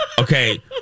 okay